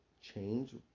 change